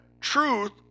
truth